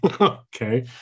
Okay